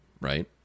Right